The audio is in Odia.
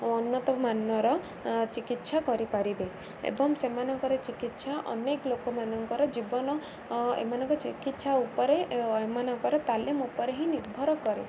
ଉନ୍ନତମାନର ଚିକିତ୍ସା କରିପାରିବେ ଏବଂ ସେମାନଙ୍କର ଚିକିତ୍ସା ଅନେକ ଲୋକମାନଙ୍କର ଜୀବନ ଏମାନଙ୍କ ଚିକିତ୍ସା ଉପରେ ଏମାନଙ୍କର ତାଲିମ ଉପରେ ହିଁ ନିର୍ଭର କରେ